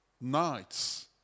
nights